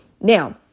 Now